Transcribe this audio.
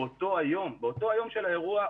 באותו היום של האירוע,